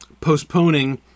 postponing